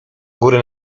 góry